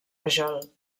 rajol